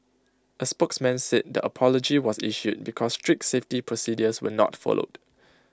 A spokesman said the apology was issued because strict safety procedures were not followed